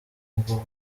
mvuga